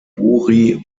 buri